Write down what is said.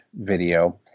video